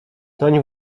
toń